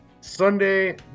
Sunday